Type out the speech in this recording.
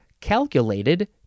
calculated